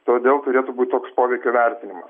todėl turėtų būt toks poveikio vertinima